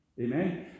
Amen